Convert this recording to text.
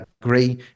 agree